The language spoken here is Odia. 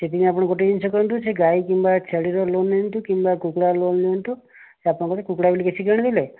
ସେଥିପାଇଁ ଆପଣ ଗୋଟେ ଜିନିଷ କରନ୍ତୁ ସେ ଗାଈ କିମ୍ବା ଛେଳି ର ଲୋନ ନିଅନ୍ତୁ କିମ୍ବା କୁକୁଡ଼ାର ଲୋନ ନିଅନ୍ତୁ ସେ ଆପଣଙ୍କର କୁକୁଡ଼ା ବୋଲି କିଛି କିଣିଦେଲେ